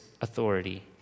authority